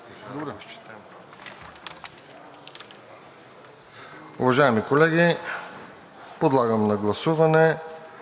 Уважаеми колеги, подлагам на гласуване